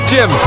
Jim